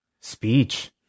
speech